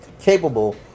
capable